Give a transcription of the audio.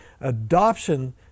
adoption